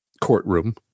courtroom